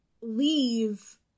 leave